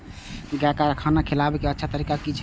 गाय का खाना खिलाबे के अच्छा तरीका की छे?